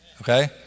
Okay